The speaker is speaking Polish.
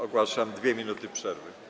Ogłaszam 2 minuty przerwy.